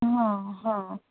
ਹਾਂ ਹਾਂ